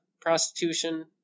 prostitution